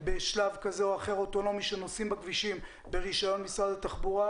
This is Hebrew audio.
בשלב כזה או אחר שנוסעים בכבישים ברישיון משרד התחבורה.